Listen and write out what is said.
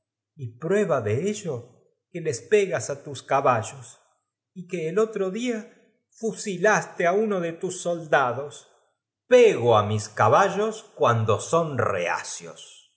corazón prueba de ello que les pegas á tus caba llos y que el otro dia fusilaste á uqo de tus soldados nó entregar el cascanueces y fritz para pego á mis caballos cuando son reba